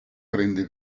prende